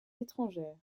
étrangère